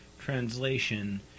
translation